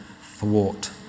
thwart